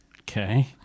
Okay